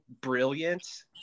brilliant